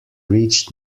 reached